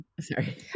sorry